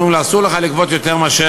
אומרים לו: אסור לך לגבות יותר מאשר